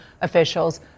officials